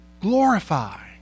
glorify